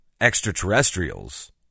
extraterrestrials